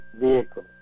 vehicle